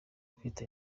kwitaba